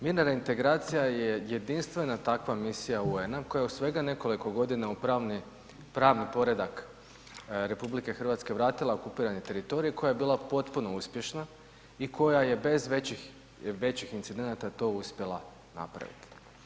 Mirna reintegracija je jedinstvena takva misija UN-a koja u svega nekoliko godina u pravni poredak RH vratila okupirani teritorij, koja je bila potpuno uspješna i koja je bez većih incidenata to uspjela napraviti.